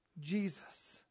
Jesus